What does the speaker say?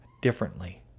differently